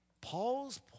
Paul's